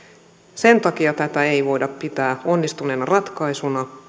sen takia tätä ei voida pitää onnistuneena ratkaisuna